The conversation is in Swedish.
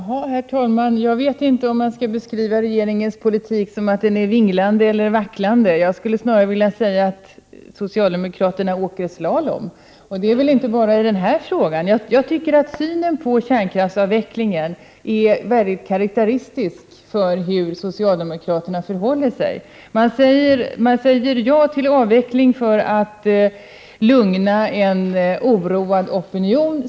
Herr talman! Jag vet inte om jag skall beskriva regeringens politik som vinglande eller vacklande. Jag skulle snarare vilja säga att socialdemokraterna åker slalom, och det gör de väl inte bara i den här frågan. Jag tycker att synen på kärnkraftsavvecklingen är karakteristisk för hur socialdemokraterna förhåller sig. Man säger ja till avveckling för att lugna en oroad opinion.